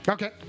Okay